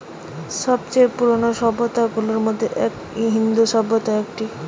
সব চেয়ে পুরানো সভ্যতা গুলার মধ্যে ইন্দু সভ্যতা একটি